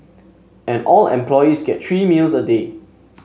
and all employees get three meals a day